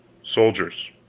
soldiers,